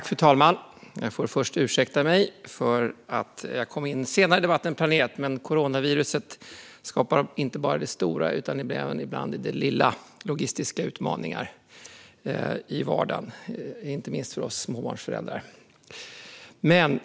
Fru talman! Jag vill först ursäkta mig för att jag kom in senare i debatten än planerat, men coronaviruset skapar ibland logistiska utmaningar i vardagen, inte bara i det stora utan också i det lilla, inte minst för oss småbarnsföräldrar.